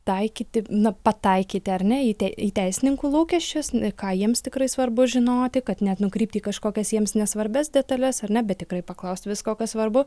taikyti na pataikyti ar ne į tei į teisininkų lūkesčius ką jiems tikrai svarbu žinoti kad net nukrypti į kažkokias jiems nesvarbias detales ar ne bet tikrai paklaust visko kas svarbu